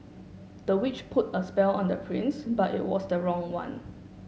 the witch put a spell on the prince but it was the wrong one